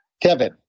Kevin